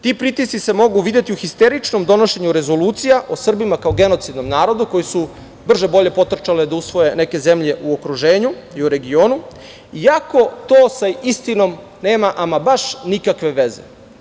Ti pritisci se mogu videti u histeričnom donošenju rezolucija Srbima kao genocidnom narodu koji su brže bolje potrčale da usvoje neke zemlje u okruženju i u regionu iako to sa istinom nema baš nikakve veze.